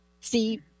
See